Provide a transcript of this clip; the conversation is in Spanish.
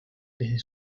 desde